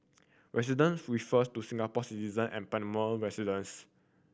residents refers to Singapore citizen and permanent residents